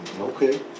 okay